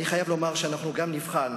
אני חייב לומר שאנחנו גם נבחן